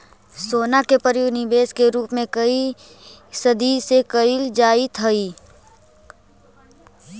सोना के प्रयोग निवेश के रूप में कए सदी से कईल जाइत हई